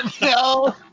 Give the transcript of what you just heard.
No